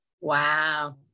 Wow